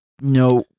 no